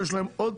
יש להם עוד